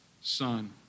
son